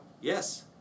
Yes